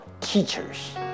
teachers